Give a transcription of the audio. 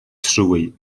trwy